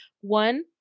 one